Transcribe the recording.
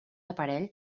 aparell